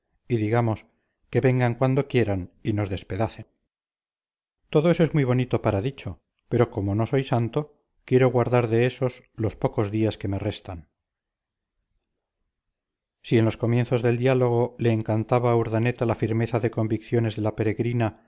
y digamos que vengan cuando quieran y nos despedacen todo eso es muy bonito para dicho pero como no soy santo quiero guardar de ésos los pocos días que me restan si en los comienzos del diálogo le encantaba a urdaneta la firmeza de convicciones de la peregrina